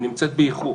נמצאת באיחור.